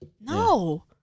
No